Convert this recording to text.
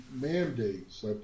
mandates